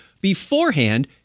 beforehand